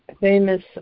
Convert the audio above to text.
famous